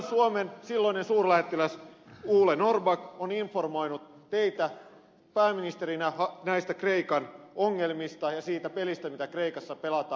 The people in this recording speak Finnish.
suomen silloinen kreikan suurlähettiläs ole norrback on informoinut teitä pääministerinä näistä kreikan ongelmista ja siitä pelistä mitä kreikassa pelataan